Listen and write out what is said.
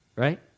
right